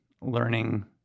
learning